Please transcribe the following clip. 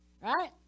right